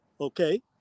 okay